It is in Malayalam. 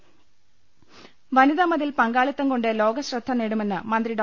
ഐഐഐ വനിതാമതിൽ പങ്കാളിത്തം കൊണ്ട് ലോക ശ്രദ്ധ നേടുമെന്ന് മന്ത്രി ഡോ